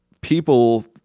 people